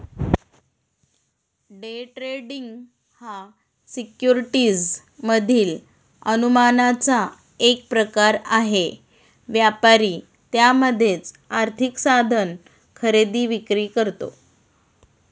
day trading हा securities मधील अनुमानाचा एक प्रकार आहे, व्यापारी त्यामध्येच आर्थिक साधन खरेदी विक्री करतो